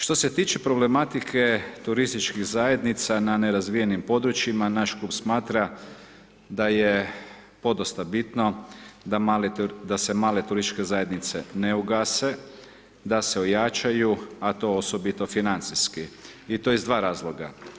Što se tiče problematike turističkih zajednica na nerazvijenim područjima, naš klub smatra da je podosta bitno da se male turističke zajednice ne ugase, da se ojačaju a to osobito financijski i to iz dva razloga.